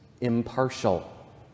impartial